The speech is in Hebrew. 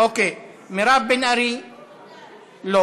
אוקיי, מירב בן ארי, לא,